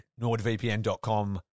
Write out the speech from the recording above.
nordvpn.com